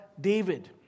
David